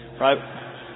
Right